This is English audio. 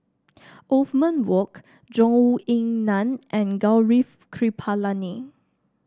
Othman Wok Zhou Ying Nan and Gaurav Kripalani